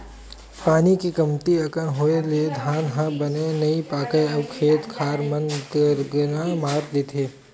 पानी के कमती अकन होए ले धान ह बने नइ पाकय अउ खेत खार म दनगरा मार देथे